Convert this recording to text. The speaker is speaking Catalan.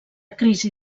crisi